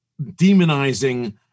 demonizing